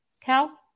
Cal